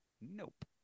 Nope